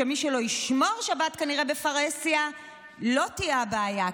שמי שלא ישמור שבת כנראה בפרהסיה לו תהיה הבעיה,